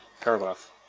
paragraph